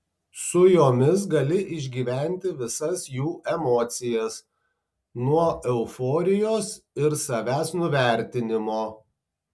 su jomis gali išgyventi visas jų emocijas nuo euforijos ir savęs nuvertinimo